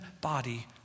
body